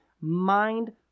mind